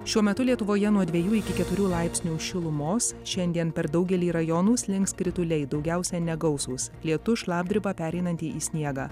šiuo metu lietuvoje nuo dviejų iki keturių laipsnių šilumos šiandien per daugelį rajonų slinks krituliai daugiausia negausūs lietus šlapdriba pereinanti į sniegą